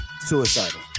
suicidal